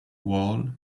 wall